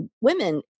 women